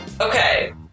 Okay